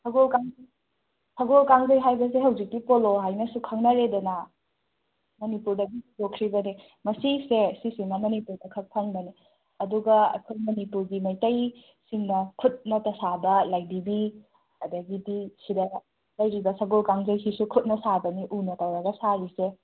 ꯁꯒꯣꯜ ꯀꯥꯡ ꯁꯒꯣꯜ ꯀꯥꯡꯖꯩ ꯍꯥꯏꯕꯁꯦ ꯍꯧꯖꯤꯛꯇꯤ ꯄꯣꯂꯣ ꯍꯥꯏꯅꯁꯨ ꯈꯪꯅꯔꯦꯗꯅ ꯃꯅꯤꯄꯨꯔꯗꯒꯤ ꯍꯧꯗꯣꯛꯈ꯭ꯔꯤꯕꯅꯦ ꯃꯁꯤꯁꯦ ꯁꯤꯁꯤꯅ ꯃꯅꯤꯄꯨꯔꯗ ꯈꯛ ꯐꯪꯕꯅꯦ ꯑꯗꯨꯒ ꯑꯩꯈꯣꯏ ꯃꯅꯤꯄꯨꯔꯒꯤ ꯃꯩꯇꯩ ꯁꯤꯡꯅ ꯈꯨꯠꯅꯇ ꯁꯥꯕ ꯂꯥꯏꯙꯤꯕꯤ ꯑꯗꯒꯤꯗꯤ ꯁꯤꯗ ꯂꯩꯔꯤꯕ ꯁꯒꯣꯜ ꯀꯥꯡꯖꯩꯁꯤꯁꯨ ꯈꯨꯠꯅ ꯁꯥꯕꯅꯤ ꯎꯅ ꯇꯧꯔꯒ ꯁꯥꯔꯤꯁꯦ